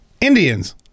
Indians